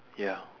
ya